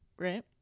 right